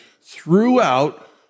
throughout